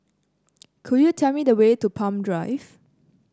could you tell me the way to Palm Drive